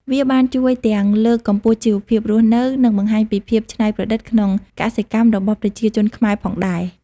វាបានជួយទាំងលើកកម្ពស់ជីវភាពរស់នៅ និងបង្ហាញពីភាពច្នៃប្រឌិតក្នុងកសិកម្មរបស់ប្រជាជនខ្មែរផងដែរ។